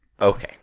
Okay